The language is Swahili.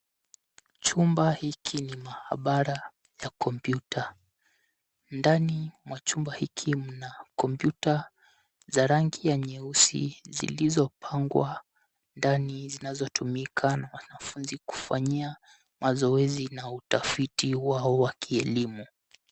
Chumba hiki ni mahabara ya kompyuta. Ndani ya chumba hiki mna komyuta za rangi ya nyeusi zilizopangwa ndani zinazotumika na wanafunzi kufanyia mazoezi na utafiti wao wa kielimu.